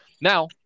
Now